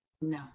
no